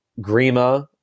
Grima